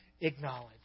acknowledge